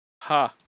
ha